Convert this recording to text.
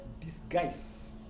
disguise